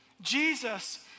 Jesus